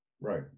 Right